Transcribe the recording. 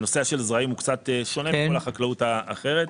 הנושא של הזרעים הוא קצת שונה מכל חקלאות אחרת.